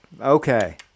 Okay